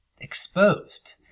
exposed